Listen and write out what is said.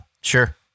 Sure